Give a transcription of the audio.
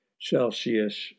Celsius